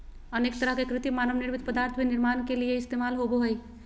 अनेक तरह के कृत्रिम मानव निर्मित पदार्थ भी निर्माण के लिये इस्तेमाल होबो हइ